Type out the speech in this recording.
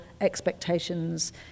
expectations